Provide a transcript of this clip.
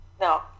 No